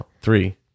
Three